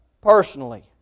personally